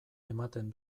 ematen